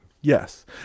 Yes